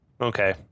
Okay